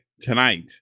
tonight